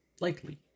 Likely